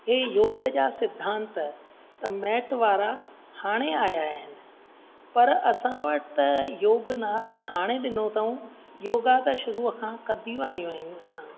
हे योग जा सिध्धांत मैट वारा हाणे आया आहिनि पर असां वटि त योग नालो त हाणे ॾिनो अथऊं योगा त शुरूअ खां कंदियूं आयूं आहियूं असां